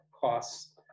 costs